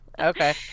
okay